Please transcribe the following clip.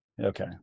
Okay